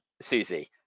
Susie